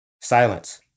Silence